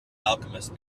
alchemists